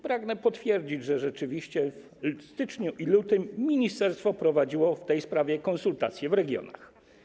Pragnę potwierdzić, że rzeczywiście w styczniu i lutym ministerstwo prowadziło w tej sprawie konsultacje w regionach.